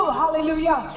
hallelujah